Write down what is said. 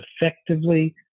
effectively